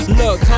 look